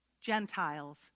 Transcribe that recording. Gentiles